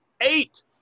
eight